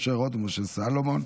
משה רוט ומשה סולומון.